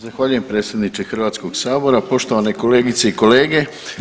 Zahvaljujem predsjedniče Hrvatskog sabora, poštovane kolegice i kolege.